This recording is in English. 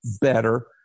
better